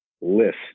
list